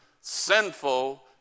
sinful